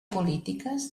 polítiques